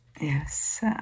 Yes